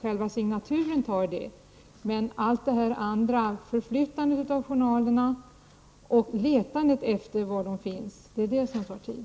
Själva signerandet tar inte längre tid, men allt det andra, som förflyttandet av journalerna och letandet efter dem. Det tar tid.